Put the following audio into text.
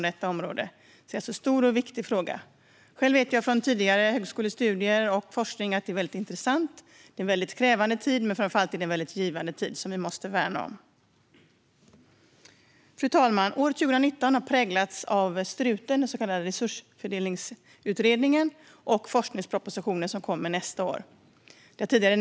Det är alltså ett stort och viktigt område. Jag vet efter tidigare högskolestudier och forskning att det är en intressant, krävande och framför allt givande tid som måste värnas. Fru talman! År 2019 har präglats av resursfördelningsutredningen, Strut, och nästa år kommer en forskningsproposition, vilket har nämnts tidigare.